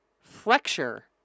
flexure